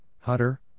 Hutter